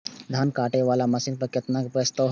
धान काटे वाला मशीन पर केतना के प्रस्ताव हय?